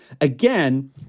again